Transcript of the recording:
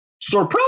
Surprise